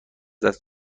دست